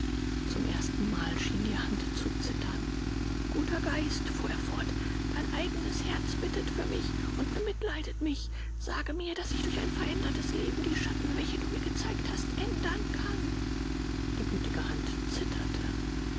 zum erstenmal schien die hand zu zittern guter geist fuhr er fort dein eigenes herz bittet für mich und bemitleidet mich sage mir daß ich durch ein verändertes leben die schatten welche du mir gezeigt hast ändern kann die gütige hand zitterte